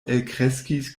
elkreskis